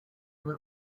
was